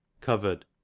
covered